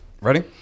Ready